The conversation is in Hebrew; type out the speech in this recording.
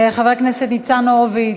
חבר הכנסת ניצן הורוביץ,